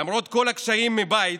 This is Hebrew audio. למרות כל הקשיים מבית,